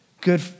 Good